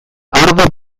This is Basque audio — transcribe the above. ardo